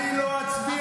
אני לא אצביע.